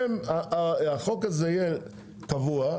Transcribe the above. החוק הזה יהיה קבוע,